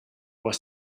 was